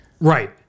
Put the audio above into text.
Right